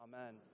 Amen